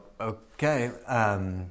okay